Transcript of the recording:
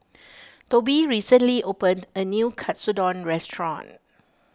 Tobi recently opened a new Katsudon restaurant